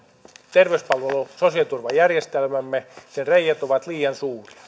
terveyspalvelu ja sosiaaliturvajärjestelmämme reiät ovat liian suuret